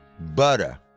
Butter